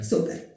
Super